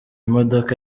modoka